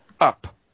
up